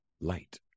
light